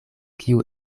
kiu